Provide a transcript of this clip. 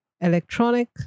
electronic